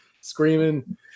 screaming